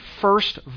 first